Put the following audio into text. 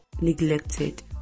neglected